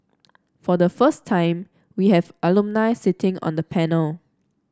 for the first time we have alumni sitting on the panel